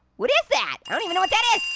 what is that? i don't even know what that is.